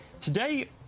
Today